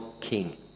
King